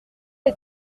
est